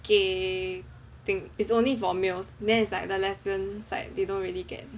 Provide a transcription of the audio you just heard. gay thing is only for males then it's like the lesbian side they don't really get